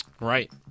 Right